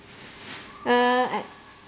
uh at